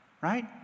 right